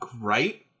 right